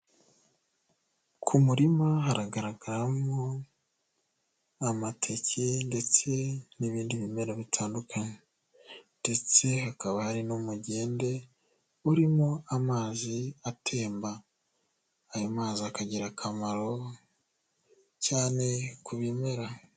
Ku murima haragaragaramo amateke ndetse n'ibindi bimera bitandukanye ndetse hakaba hari n'umugende urimo amazi atemba, ayo mazi akagira akamaro cyane ku bimera.